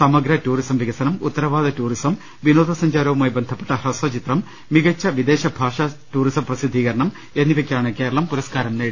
സമഗ്ര ടൂറിസം വികസനം ഉത്തരവാദ ടൂറിസം വിനോദസഞ്ചാരവുമായി ബന്ധപ്പെട്ട ഹ്രസ്ഥചിത്രം മികച്ച വിദേശഭാഷാ ടൂറിസം പ്രസിദ്ധീകരണം എന്നിവയ്ക്കാണ് കേരളം പുരസ്കാരം നേടിയത്